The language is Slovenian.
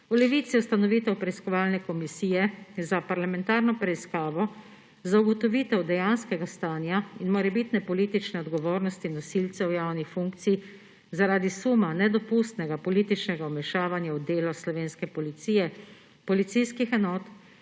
V Levici ustanovitev preiskovalne komisije za parlamentarno preiskavo za ugotovitev dejanskega stanja in morebitne politične odgovornosti nosilcev javnih funkcij zaradi suma nedopustnega političnega vmešavanja v delo slovenske policije, policijskih enot,